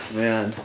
man